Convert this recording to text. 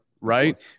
right